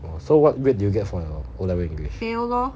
oh so what grade do you get for your O level english